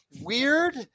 weird